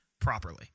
properly